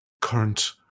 current